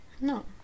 No